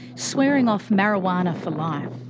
swearing off marijuana for life.